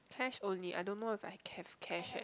cash only I don't know if I have cash eh